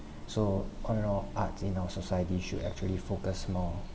so all in all arts in our society should actually focus more